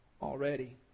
already